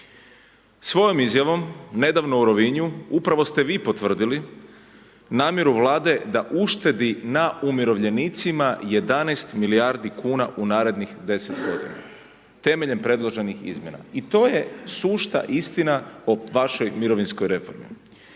Svojom izjavom nedavno u Rovinju, upravo ste vi potvrdili namjeru Vlade na uštedi na umirovljenicima 11 milijardi kuna u narednih 10 g. temeljem predloženih izmjena i to je sušta istina o vašoj mirovinskoj reformi.